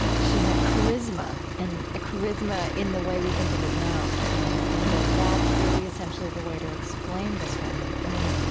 she had charisma and a charisma in the way we think of it now yeah um and that that's really essentially the way to explain this woman. i mean,